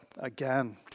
again